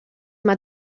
mae